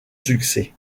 succès